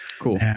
cool